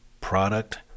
product